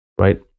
Right